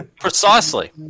precisely